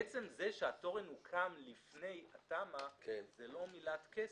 עצם זה שהתורן הוקם לפני התמ"א, זה לא מילת קסם,